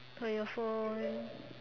or your phone